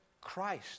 Christ